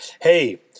Hey